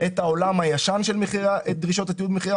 את העולם הישן של דרישות תיעוד מחירי